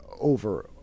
over